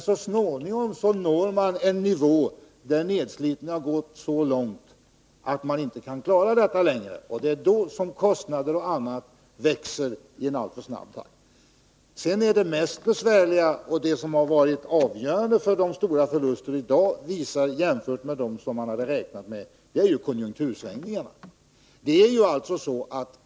Så småningom når man en nivå där nedslitningen har gått så långt att man inte kan klara detta längre, och det är då kostnaderna och annat växer i alltför snabb takt. Det mest besvärliga och avgörande för dagens stora förluster jämfört med vad man räknat med är ju konjunktursvängningarna.